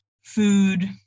food